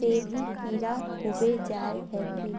से भी कीड़ा होबे जाए है की?